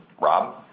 Rob